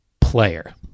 player